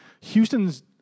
Houston's